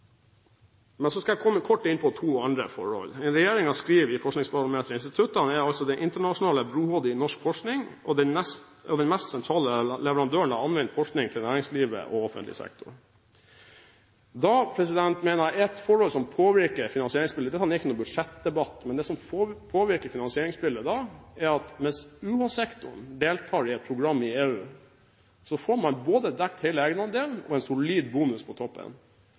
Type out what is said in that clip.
Jeg ønsker å komme kort inn på to andre forhold. Regjeringen skriver i Forskningsbarometeret: «Instituttene er altså det internasjonale brohodet i norsk forskning og den mest sentrale leverandøren av anvendt forskning til næringslivet og offentlig sektor.» Dette er ikke en budsjettdebatt, men et forhold som påvirker finansieringsbildet, er at dersom UH-sektoren deltar i et program i EU, får man både dekket egenandelen og en solid bonus på toppen,